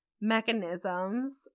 mechanisms